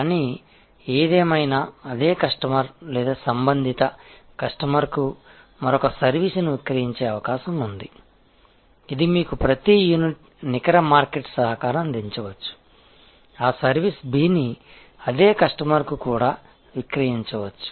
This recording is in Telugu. కానీ ఏదేమైనా అదే కస్టమర్ లేదా సంబంధిత కస్టమర్కు మరొక సర్వీసును విక్రయించే అవకాశం ఉంది ఇది మీకు ప్రతి యూనిట్ నికర మార్కెట్ సహకారం అందించవచ్చు ఆ సర్వీస్ B ని అదే కస్టమర్కు కూడా విక్రయించవచ్చు